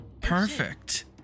Perfect